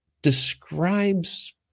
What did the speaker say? Describes